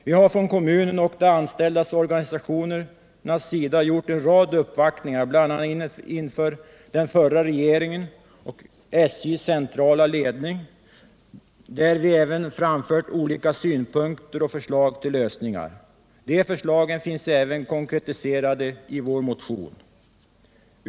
Vi har från kommunen och de anställdas organisationer gjort en rad uppvaktningar, bl.a. inför förra regeringen och SJ:s centrala ledning, där vi även framfört olika synpunkter och förslag till lösningar. De förslagen finns konkretiserade i vår motion.